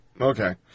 Okay